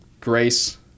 Grace